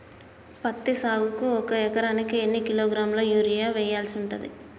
పత్తి సాగుకు ఒక ఎకరానికి ఎన్ని కిలోగ్రాముల యూరియా వెయ్యాల్సి ఉంటది?